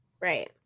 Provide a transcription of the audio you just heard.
Right